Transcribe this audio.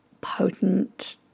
potent